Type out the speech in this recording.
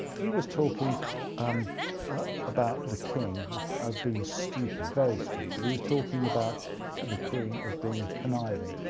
he was talking um about the king as being stupid, very stupid, he was talking about the queen as being conniving.